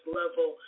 level